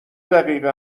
دقیقه